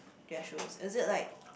their shows is it like